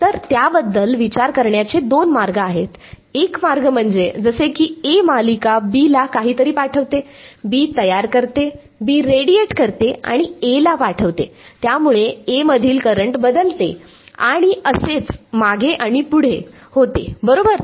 तर त्याबद्दल विचार करण्याचे दोन मार्ग आहेत एक मार्ग म्हणजे जसे की A मालिका B ला काहीतरी पाठवते B तयार करते B रेडिएट करते A ला पाठवते यामुळे A मधील करंट बदलते आणि असेच मागे आणि पुढे बरोबर